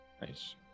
Nice